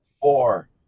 four